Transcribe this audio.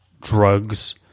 drugs